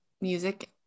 music